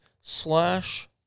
slash